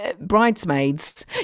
bridesmaids